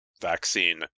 vaccine